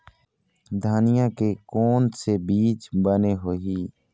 धनिया के कोन से बीज बने होही?